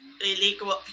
illegal